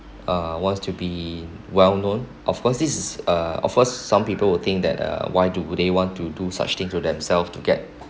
uh wants to be well known of course this is uh of course some people will think that uh why do they want to do such thing to themselves to get